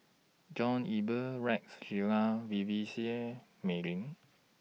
John Eber Rex Shelley Vivien Seah Mei Lin